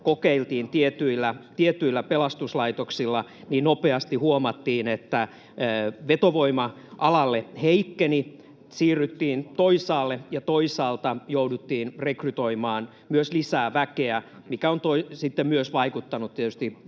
kokeiltiin niitä tietyillä pelastuslaitoksilla, niin nopeasti huomattiin, että vetovoima alalle heikkeni, siirryttiin toisaalle, ja toisaalta jouduttiin rekrytoimaan myös lisää väkeä, mikä on sitten vaikuttanut tietysti